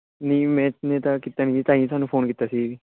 ਨਹੀਂ ਮੈਂ ਮੈਂ ਤਾਂ ਕੀਤਾ ਨਹੀਂ ਜੀ ਤਾਂ ਹੀ ਤੁਹਾਨੂੰ ਫ਼ੋਨ ਕੀਤਾ ਸੀਗਾ ਜੀ